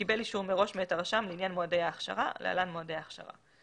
וקיבל אישור מראש מאת הרשם לעניין מועדי ההכשרה (להלן מועדי ההכשרה).